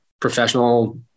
professional